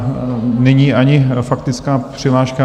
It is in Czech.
Není ani faktická přihláška...